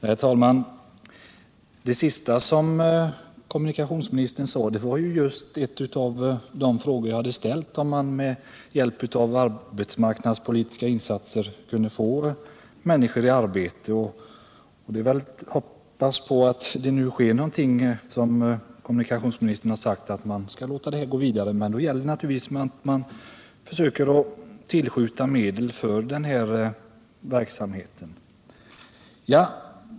Herr talman! Det sista kommunikationsministern sade var ett svar på min fråga om man inte med hjälp av arbetsmarknadspolitiska insatser kunde få människor i arbete. Det är väl att hoppas på att det nu sker någonting, eftersom kommunikationsministern har sagt att han skall låta frågan gå vidare till SJ-ledningen. Men då krävs naturligtvis också att man tillskjuter medel för denna verksamhet.